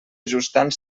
ajustant